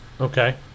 Okay